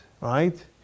right